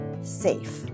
safe